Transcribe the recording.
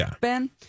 Ben